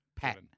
Pat